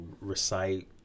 recite